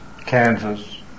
Kansas